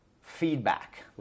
feedback